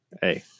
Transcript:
Hey